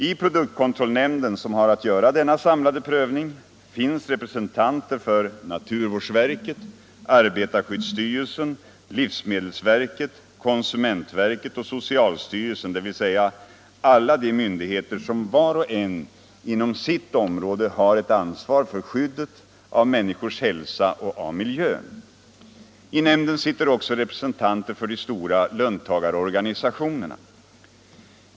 I produktkontrollnämnden, som har att göra denna samlade prövning, finns representanter för naturvårdsverket, arbetarskyddsstyrelsen, livsmedelsverket, konsumentverket och socialstyrelsen, dvs. alla de myndigheter som var och en inom sitt område har ett ansvar för skyddet av människors hälsa och av miljön. I nämnden sitter också representanter för de stora löntagarorganisationerna.